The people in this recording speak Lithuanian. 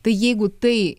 tai jeigu tai